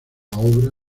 obra